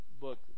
book